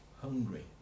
hungry